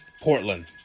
Portland